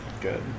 good